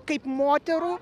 kaip moterų